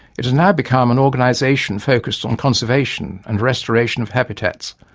it has now become an organisation focussed on conservation and restoration of habitats,